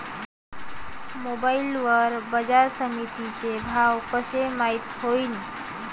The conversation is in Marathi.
मोबाईल वर बाजारसमिती चे भाव कशे माईत होईन?